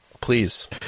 Please